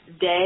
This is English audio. day